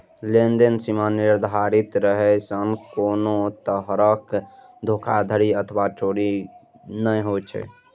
लेनदेन सीमा निर्धारित रहै सं कोनो तरहक धोखाधड़ी अथवा चोरी नै होइ छै